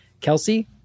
Kelsey